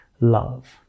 love